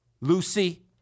Lucy